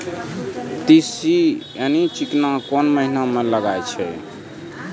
तीसी यानि चिकना कोन महिना म लगाय छै?